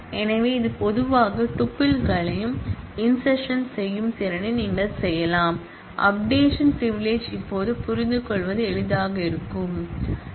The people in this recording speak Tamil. எனவே இது பொதுவாக டூப்பிள்களை இன்செர்ஷன் செய்யும் திறனை நீங்கள் செய்யலாம் அப்டேஷன் பிரிவிலிஜ் இப்போது புரிந்துகொள்வது எளிதாக இருக்க வேண்டும்